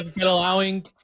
allowing